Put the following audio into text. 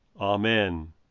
Amen